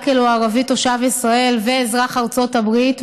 עקל הוא ערבי תושב ישראל ואזרח ארצות הברית,